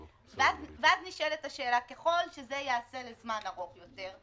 ואז נשאלת השאלה: ככל שזה ייעשה לזמן ארוך יותר,